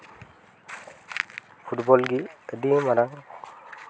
football ᱜᱮ ᱟᱹᱰᱤ ᱢᱟᱨᱟᱝ